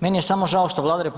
Meni je samo žao što Vlada RH